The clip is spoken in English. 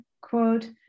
quote